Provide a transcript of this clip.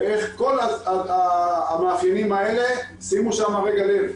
כל המאפיינים האלה, שימו שם לב.